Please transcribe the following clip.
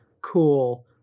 cool